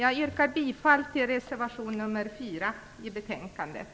Jag yrkar bifall till reservation nr 4 i betänkandet.